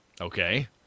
Okay